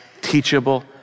teachable